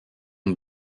une